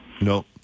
No